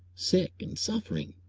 sick and suffering.